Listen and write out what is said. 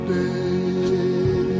day